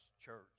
church